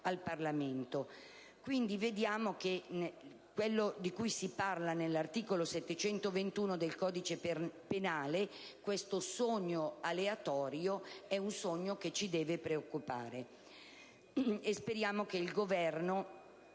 al Parlamento. Quello di cui si parla nell'articolo 721 del codice penale, quindi, questo sogno aleatorio, è un sogno che ci deve preoccupare. Speriamo che il Governo